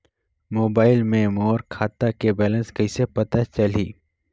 Mobile मे मोर खाता के बैलेंस कइसे पता चलही?